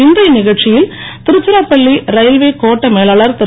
இன்றைய நிகழ்ச்சியில் திருச்சிராபள்ளி ரயில்வே கோட்ட மேலாளர் திரு